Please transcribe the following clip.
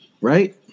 Right